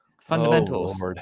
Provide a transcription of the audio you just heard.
Fundamentals